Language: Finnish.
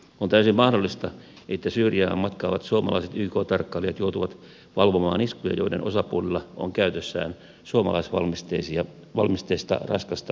on täysin mahdollista että syyriaan matkaavat suomalaiset yk tarkkailijat joutuvat valvomaan iskuja joiden osapuolilla on käytössään suomalaisvalmisteista raskasta aseistusta